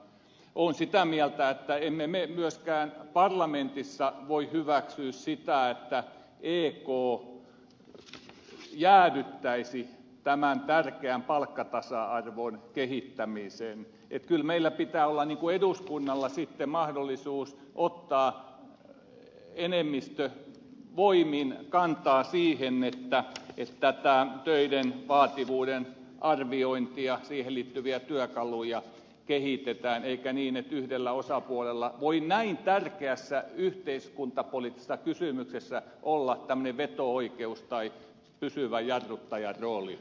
olen sitä mieltä että emme me myöskään parlamentissa voi hyväksyä sitä että ek jäädyttäisi tämän tärkeän palkkatasa arvon kehittämisen että kyllä meillä pitää olla eduskunnalla sitten mahdollisuus ottaa enemmistövoimin kantaa siihen että tätä töiden vaativuuden arviointia siihen liittyviä työkaluja kehitetään eikä niin että yhdellä osapuolella voi näin tärkeässä yhteiskuntapoliittisessa kysymyksessä olla tämmöinen veto oikeus tai pysyvä jarruttajan rooli